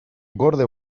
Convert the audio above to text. gorde